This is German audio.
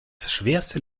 schwerste